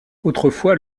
autrefois